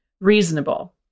reasonable